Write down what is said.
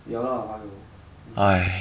ya lah 还有为什么